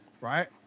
right